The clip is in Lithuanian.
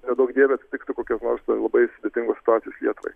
neduok dieve atsitiktų kokios nors labai sudėtingos situacijos lietuvai